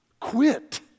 Quit